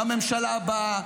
והממשלה הבאה,